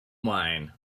mine